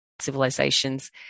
civilizations